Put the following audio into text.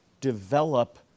develop